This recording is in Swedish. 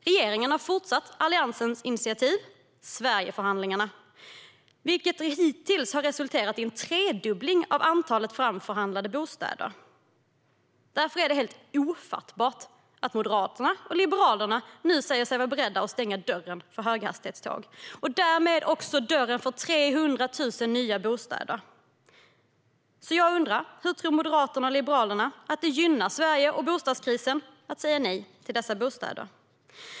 Regeringen har fortsatt Alliansens initiativ med Sverigeförhandlingarna, vilket hittills har resulterat i en tredubbling av antalet framförhandlade bostäder. Därför är det helt ofattbart att Moderaterna och Liberalerna nu säger sig vara beredda att stänga dörren för höghastighetståg och därmed också för 300 000 nya bostäder. Jag undrar: Hur tror Moderaterna och Liberalerna att det gynnar Sverige och bostadskrisen att säga nej till dessa bostäder?